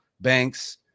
banks